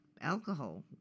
alcohol